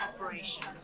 operation